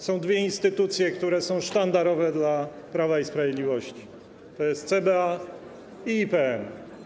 Są dwie instytucje, które są sztandarowe dla Prawa i Sprawiedliwości: to CBA i IPN.